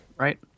Right